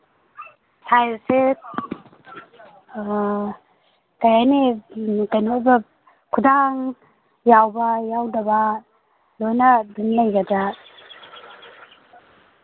ꯁꯥꯏꯖꯁꯦ ꯀꯔꯤ ꯍꯥꯏꯅꯤ ꯀꯩꯅꯣ ꯈꯨꯗꯥꯡ ꯌꯥꯎꯕ ꯌꯥꯎꯗꯕ ꯂꯣꯏꯅ ꯑꯗꯨꯝ ꯂꯩꯒꯗ꯭ꯔꯥ